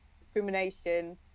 discrimination